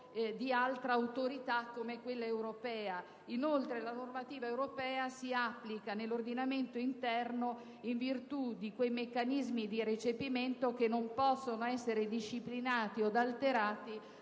un'altra autorità come quella europea. Inoltre, la normativa europea si applica nell'ordinamento interno in virtù di meccanismi di recepimento che non possono essere disciplinati o alterati